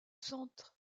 centre